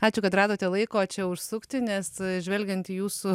ačiū kad radote laiko čia užsukti nes žvelgiant į jūsų